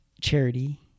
charity